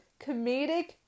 comedic